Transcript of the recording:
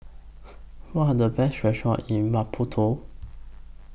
What Are The Best restaurants in Maputo